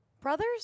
Brothers